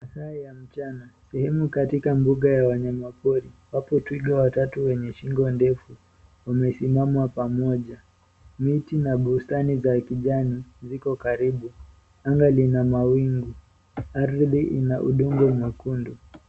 Masaa ya mchana katika mbuga ya wanyamapori, wapo twiga watatu wenye shingo ndefu, wamesimama pamoja. Miti na bustani za kijani, viko karibu, anga lina mawingu, aridhi na udungo mwekundu.